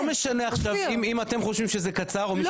זה לא משנה עכשיו אם אתם חושבים שזה קצר או מישהו אחר חושב שזה לא.